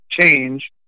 change